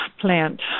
plant